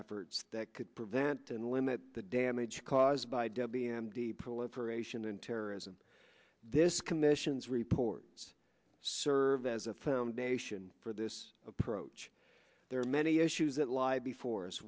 efforts that could prevent and limit the damage caused by dead b m d proliferation and terrorism this commission's reports serve as a foundation for this approach there are many issues that lie before